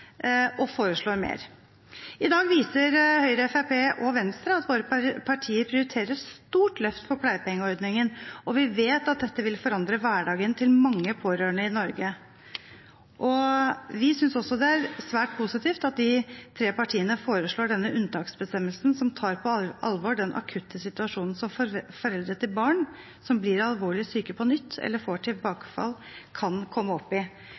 og foreslår mer. I dag viser Høyre, Fremskrittspartiet og Venstre at våre partier prioriterer et stort løft for pleiepengeordningen, og vi vet at dette vil forandre hverdagen til mange pårørende i Norge. Vi synes også det er svært positivt at de tre partiene foreslår en unntaksbestemmelse som tar på alvor den akutte situasjonen foreldre til barn som blir alvorlig syke på nytt eller får tilbakefall, kan komme opp i